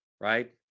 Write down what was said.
right